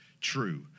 true